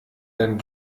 denn